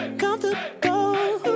comfortable